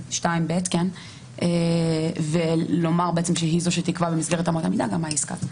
(2)(ב) ולומר שהיא זו שתקבע במסגרת אמות המידה ומהי עסקה זניחה.